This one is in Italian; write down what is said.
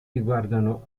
riguardano